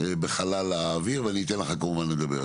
בחלל האוויר ואני אתן לך כמובן לדבר,